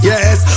Yes